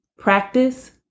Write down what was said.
Practice